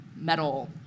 metal